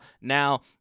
Now